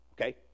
Okay